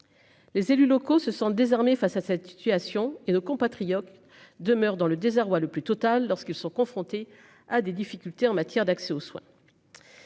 Les élus locaux se sentent désarmés face à cette situation et de compatriotes demeure dans le désarroi le plus total lorsqu'ils sont confrontés à des difficultés en matière d'accès aux soins.